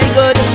good